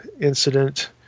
incident